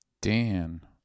Dan